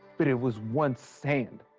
but it was one sand.